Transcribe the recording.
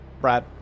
Brad